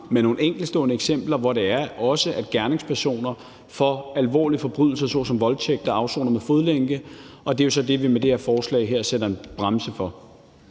se nogle enkeltstående eksempler – det er ikke mange, men nogle – hvor gerningspersoner bag alvorlige forbrydelser såsom voldtægt har kunnet afsone med fodlænke, og det er jo så det, vi med det her forslag sætter en stopper for.